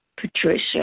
Patricia